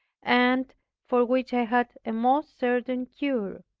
and for which i had a most certain cure.